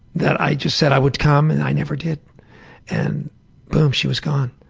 that i just said i would come and i never did and boom, she was gone.